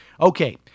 Okay